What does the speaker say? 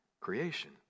Creation